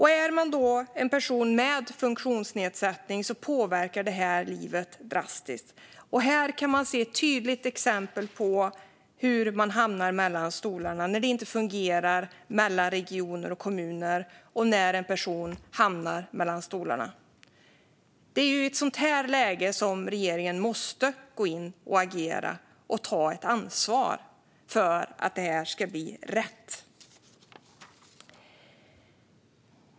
För en person med funktionsnedsättning påverkar det livet drastiskt. Här kan vi se ett tydligt exempel på människor som hamnar mellan stolarna när det inte fungerar mellan regioner och kommuner. Det är i ett sådant här läge som regeringen måste gå in och agera och ta ansvar för att det ska bli rätt.